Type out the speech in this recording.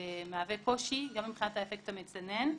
זה מהווה קושי גם מבחינת האפקט המצנן.